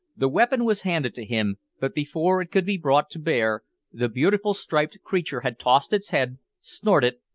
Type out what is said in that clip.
the weapon was handed to him, but before it could be brought to bear, the beautiful striped creature had tossed its head, snorted,